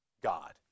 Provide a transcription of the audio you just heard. God